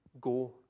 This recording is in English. Go